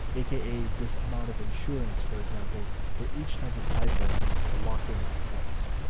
aka this amount of insurance, for example, for each type of iphone to lock in that price.